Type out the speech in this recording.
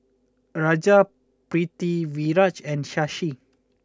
Raja Pritiviraj and Shashi